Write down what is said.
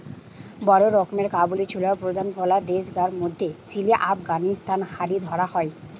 বড় রকমের কাবুলি ছোলার প্রধান ফলা দেশগার মধ্যে চিলি, আফগানিস্তান হারি ধরা হয়